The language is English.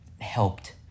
helped